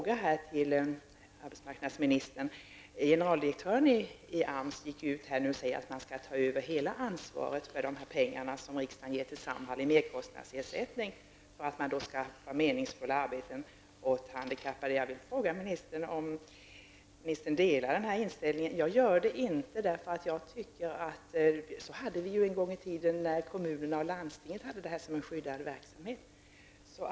Generaldirektören i AMS har gått ut och sagt att man skall ta över hela ansvaret för de pengar som riksdagen ger till Samhall i merkostnadsersättning för att ge meningsfulla arbeten åt handikappade. Jag vill fråga ministern om hon delar generaldirektörens uppfattning? Det gör inte jag. Så hade vi det en gång i tiden när kommunerna och landstingen drev detta som en skyddad verksamhet.